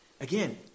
Again